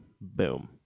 boom